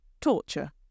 torture